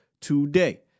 today